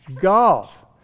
Golf